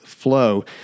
Flow